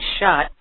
shot